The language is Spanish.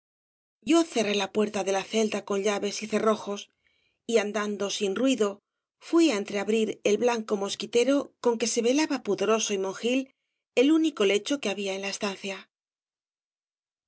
yo cerré la puerta de la celda con llaves y cerrojos y andando sin ruido fui á entreabrir el blanco mosquitero con que se velaba pudoroso y monjil el único lecho que había en la estancia